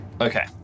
Okay